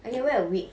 I can wear a wig